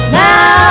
now